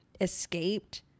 escaped